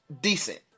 decent